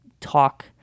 talk